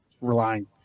relying